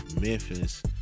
Memphis